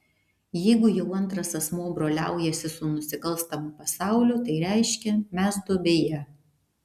jeigu jau antras asmuo broliaujasi su nusikalstamu pasauliu tai reiškia mes duobėje